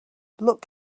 look